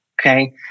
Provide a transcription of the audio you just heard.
Okay